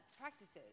practices